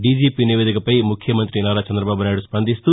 DGP నివేదికపై ముఖ్యమంతి నారా చంద్రబాబు నాయుడు స్పందిస్తూ